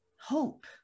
hope